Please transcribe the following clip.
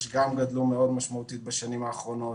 גם גדלו מאוד משמעותית בשנים האחרונות.